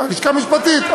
הלשכה המשפטית,